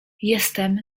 jestem